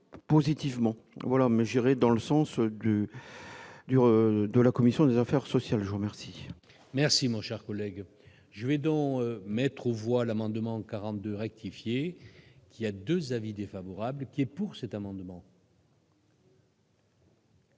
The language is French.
positivement voilà dans le sens du dur de la commission des affaires sociales, Jean merci. Merci mon cher collègue, je vais dans mettre ou voile amendements 42 rectifier il y a 2 avis défavorables qui est pour cet amendement.